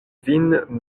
vin